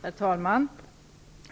Herr talman!